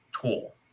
tool